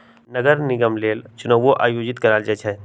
नगर निगम लेल चुनाओ आयोजित करायल जाइ छइ